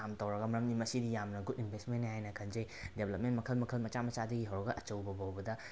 ꯌꯥꯝ ꯇꯧꯔꯒ ꯃꯔꯝꯗꯤ ꯃꯁꯤꯗꯤ ꯌꯥꯝꯅ ꯒꯨꯠ ꯏꯟꯕꯦꯖꯃꯦꯟꯅꯤ ꯍꯥꯏꯅ ꯈꯟꯖꯩ ꯗꯦꯕ꯭ꯂꯞꯃꯦꯟ ꯃꯈꯜ ꯃꯈꯜ ꯃꯆꯥ ꯃꯆꯥꯗꯒꯤ ꯍꯧꯔꯒ ꯑꯆꯧꯕ ꯐꯥꯎꯕꯗ